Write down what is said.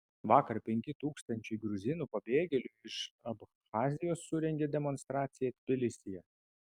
vakar penki tūkstančiai gruzinų pabėgėlių iš abchazijos surengė demonstraciją tbilisyje